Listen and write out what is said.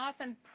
often